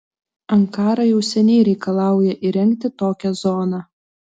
ankara jau seniai reikalauja įrengti tokią zoną